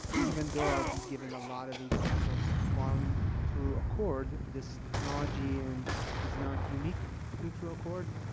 even though i'll be giving a lot of examples from trueaccord, this technology and is not unique to trueaccord. ah,